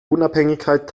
unabhängigkeit